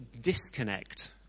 disconnect